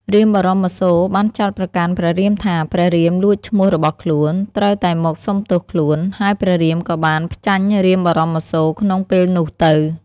រាមបរសូរ បានចោទប្រកាន់ព្រះរាមថា ព្រះរាមលួចឈ្មោះរបស់ខ្លួន ត្រូវតែមកសុំទោសខ្លួន ហើយព្រះរាមក៏បានផ្ចាញ់រាមបរមសូរក្នុងពេលនោះទៅ។